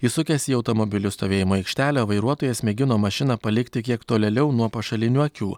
įsukęs į automobilių stovėjimo aikštelę vairuotojas mėgino mašiną palikti kiek tolėliau nuo pašalinių akių